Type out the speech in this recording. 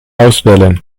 auswählen